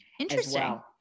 Interesting